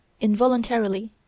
Involuntarily